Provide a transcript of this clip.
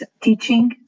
teaching